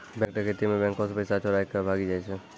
bank डकैती मे बैंको से पैसा चोराय के भागी जाय छै